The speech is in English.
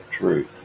truth